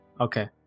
okay